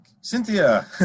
Cynthia